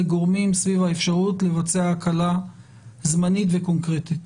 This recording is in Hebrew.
גורמים סביב האפשרות לבצע הקלה זמנית וקונקרטית?